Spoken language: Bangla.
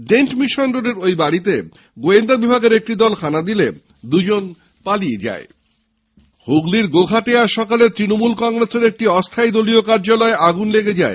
ডেন্ট মিশন রোডের ঐ বাড়িতে গোয়েন্দা বিভাগের একটি দল হানা দিলে দুজন পালিয়ে যায় হুগলীর গোঘাটে আজ সকালে তৃণমূল কংগ্রেসের একটি অস্থায়ী দলীয় কার্যালয়ে আগুন লেগে যায়